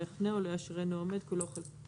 לא יחנה ולא ישאירנו עומד כולו או חלקו".